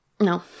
No